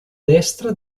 destra